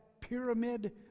pyramid